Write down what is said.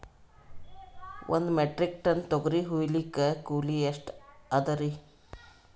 ಒಂದ್ metric ton ತೊಗರಿ ಹೋಯಿಲಿಕ್ಕ ಕೂಲಿ ಎಷ್ಟ ಅದರೀ?